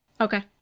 okay